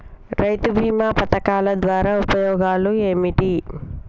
రైతు బీమా పథకం ద్వారా ఉపయోగాలు ఏమిటి?